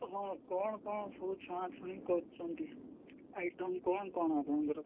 ହଁ କ'ଣ କ'ଣ ସବୁ ଛଣା ଛୁଣି କରଛନ୍ତି ଆଇଟମ୍ କ'ଣ କ'ଣ ଆପଣଙ୍କର